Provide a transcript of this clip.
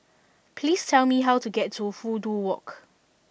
please tell me how to get to Fudu Walk